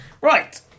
Right